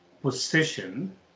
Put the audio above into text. Position